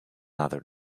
other